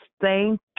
thank